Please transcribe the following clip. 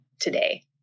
today